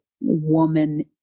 woman